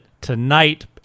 Tonight